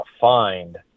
find